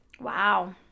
Wow